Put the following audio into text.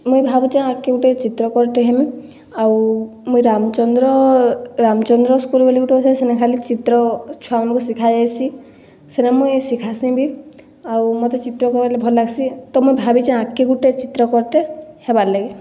ମୁଇଁ ଭାବୁଚେଁ ଆଗ୍କେ ଗୁଟେ ଚିତ୍ରକର୍ଟେ ହେମି ଆଉ ମୁଇଁ ରାମଚନ୍ଦ୍ର ରାମଚନ୍ଦ୍ର ସ୍କୁଲ୍ ବଲି ଗୁଟେ ଅଛେ ସେନେ ଖାଲି ଚିତ୍ର ଛୁଆମାନ୍କୁ ଶିଖାଯାଏସି ସେଟା ମୁଇଁ ଶିଖାସିଁ ବି ଆଉ ମତେ ଚିତ୍ର କର୍ବାର୍ ଲାଗି ଭଲ୍ ଲାଗ୍ସି ତ ମୁଇଁ ଭାବିଚେଁ ଆଗ୍କେ ଗୁଟେ ଚିତ୍ରକର୍ଟେ ହେବାର୍ ଲାଗି